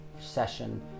session